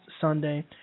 Sunday